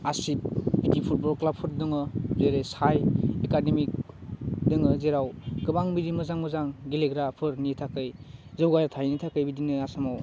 Asib बिदि football क्लाबफोर दङ जेरै साइ एकादेमिक दोङो जेराव गोबां बिदि मोजां मोजां गेलेग्राफोरनि थाखै जौगाथाइनि थाखै बिदिनो आसामाव